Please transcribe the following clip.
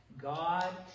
God